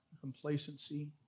complacency